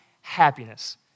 happiness